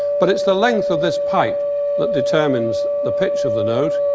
but it's the length of this pipe that determines the pitch of the note.